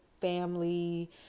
family